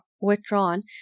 withdrawn